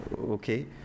Okay